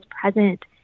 present